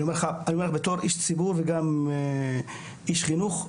אני אומר לך בתור איש ציבור וגם איש חינוך,